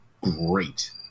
great